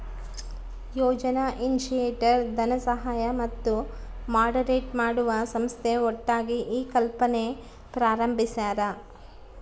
ಯೋಜನಾ initiator ಧನಸಹಾಯ ಮತ್ತು moderate ಮಾಡುವ ಸಂಸ್ಥೆ ಒಟ್ಟಾಗಿ ಈ ಕಲ್ಪನೆ ಪ್ರಾರಂಬಿಸ್ಯರ